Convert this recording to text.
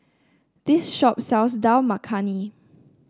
this shop sells Dal Makhani